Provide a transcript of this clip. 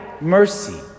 mercy